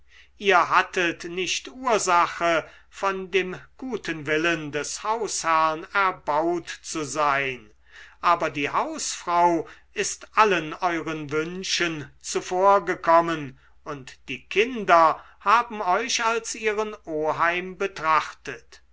ihr hattet nicht ursache von dem guten willen des hausherrn erbaut zu sein aber die hausfrau ist allen euren wünschen zuvorgekommen und die kinder haben euch als ihren oheim betrachtet